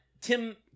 Tim